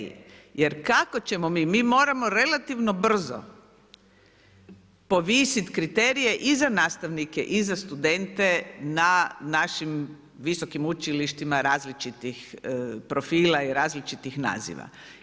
Jer kako ćemo mi, mi moramo relativno brzo povisiti kriterije i za nastavnike i za studente na našim visokim učilištima različitih profila i različitih naziva.